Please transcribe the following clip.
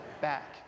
back